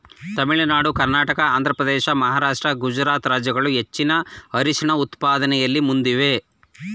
ತಮಿಳುನಾಡು ಕರ್ನಾಟಕ ಆಂಧ್ರಪ್ರದೇಶ ಮಹಾರಾಷ್ಟ್ರ ಗುಜರಾತ್ ರಾಜ್ಯಗಳು ಹೆಚ್ಚಿನ ಅರಿಶಿಣ ಉತ್ಪಾದನೆಯಲ್ಲಿ ಮುಂದಿವೆ